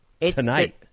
tonight